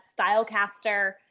Stylecaster